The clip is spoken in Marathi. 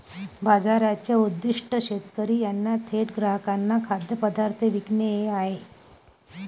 बाजाराचे उद्दीष्ट शेतकरी यांनी थेट ग्राहकांना खाद्यपदार्थ विकणे हे आहे